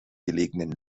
gelegenen